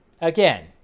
again